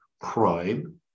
crime